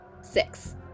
Six